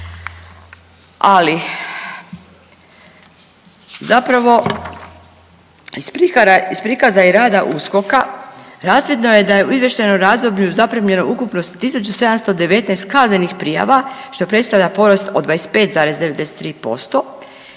Ali zapravo iz prikaza i rada USKOK-a razvidno je da je u izvještajnom razdoblju zaprimljeno ukupno 1.719 kaznenih prijava, što predstavlja porast od 25,93%